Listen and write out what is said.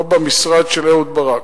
לא במשרד של אהוד ברק.